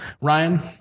Ryan